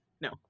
No